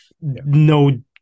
no